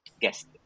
guest